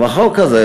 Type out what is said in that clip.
החוק הזה,